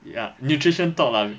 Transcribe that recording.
ya nutrition talk lah